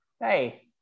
hey